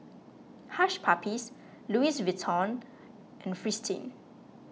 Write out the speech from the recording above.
Hush Puppies Louis Vuitton and Fristine